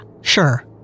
sure